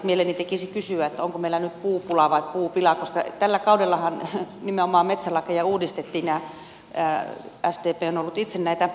mieleni tekisi kysyä onko meillä nyt puupula vai puupila koska tällä kaudellahan nimenomaan metsälakeja uudistettiin ja sdp on ollut itse näitä uudistamassa